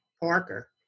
Parker